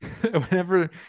whenever